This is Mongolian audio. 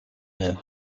байв